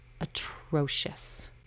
atrocious